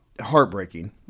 heartbreaking